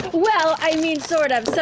well, i mean, sort of. so